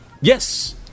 yes